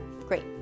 Great